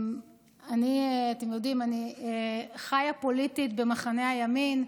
אתם יודעים, אני חיה פוליטית במחנה הימין,